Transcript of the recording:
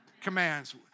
commands